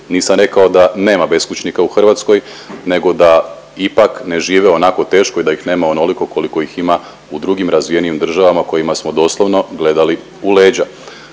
Nisam rekao da nema beskućnika u Hrvatskoj, nego da ipak ne žive onako teško i da ih nema onoliko koliko ih ima u drugim razvijenim državama u kojima smo doslovno gledali u leđa.